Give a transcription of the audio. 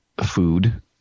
food